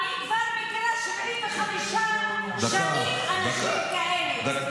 אני כבר מכירה 75 שנים אנשים כאלה.